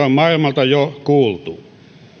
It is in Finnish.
on maailmalta jo kuultu